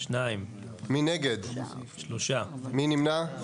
הצבעה בעד, 2 נגד, 3 נמנעים,